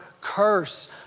curse